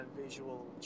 visual